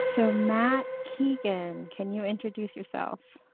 so matt keegan, can you introduce yourself?